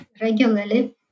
regularly